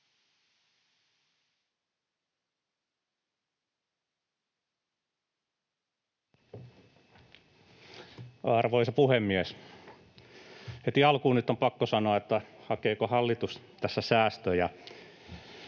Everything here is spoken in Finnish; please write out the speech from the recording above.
Arvoisa puhemies! Heti alkuun nyt on pakko kysyä, hakeeko hallitus tässä säästöjä.